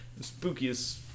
spookiest